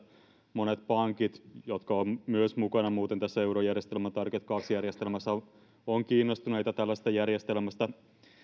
monet pankit jotka muuten ovat myös mukana tässä eurojärjestelmän target kaksi järjestelmässä ovat kiinnostuneita tällaisesta järjestelmästä